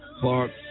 Clark